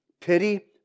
Pity